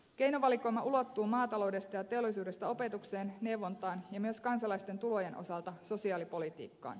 keinovalikoima ulottuu maataloudesta ja teollisuudesta opetukseen neuvontaan ja myös kansalaisten tulojen osalta sosiaalipolitiikkaan